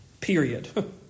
period